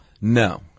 No